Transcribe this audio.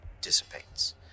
dissipates